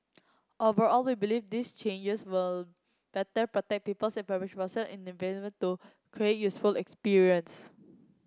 overall we believe these changes will better protect people's enabling to useful experience